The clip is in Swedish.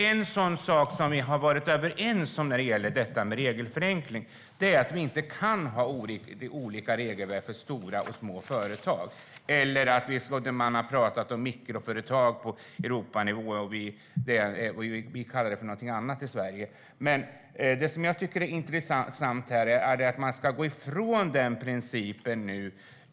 En sak som vi har varit överens om när det gäller regelförenkling är att vi inte kan ha olika regelverk för stora och små företag eller mikroföretag, som man har pratat om på Europanivå - vi kallar det något annat i Sverige. Men det som jag tycker är intressant här är att man ska gå ifrån den principen nu.